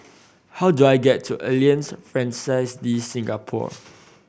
how do I get to Alliance Francaise De Singapour